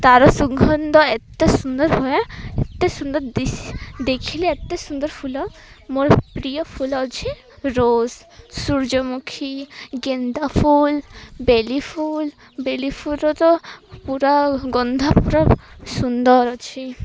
ତା'ର ସୁଗନ୍ଧ ଏତେ ସୁନ୍ଦର ହୁଏ ଏତେ ସୁନ୍ଦର ଦେଖିଲେ ଏତେ ସୁନ୍ଦର ଫୁଲ ମୋର ପ୍ରିୟ ଫୁଲ ଅଛି ରୋଜ୍ ସୂର୍ଯ୍ୟମୁଖୀ ଗେନ୍ଦା ଫୁଲ ବେଲି ଫୁଲ ବେଲି ଫୁଲ ତ ପୁରା ଗନ୍ଧା ପୁରା ସୁନ୍ଦର ଅଛି